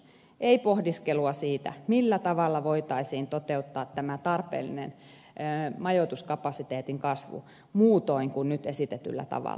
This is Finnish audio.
ei pohdiskelua siitä millä tavalla voitaisiin toteuttaa tämä tarpeellinen majoituskapasiteetin kasvu muutoin kuin nyt esitetyllä tavalla